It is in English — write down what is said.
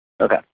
Okay